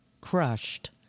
crushed